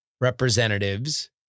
representatives